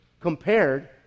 compared